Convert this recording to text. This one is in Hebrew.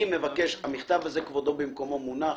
המכתב הזה כבודו במקומו מונח.